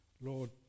Lord